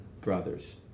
brothers